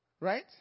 Right